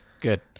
good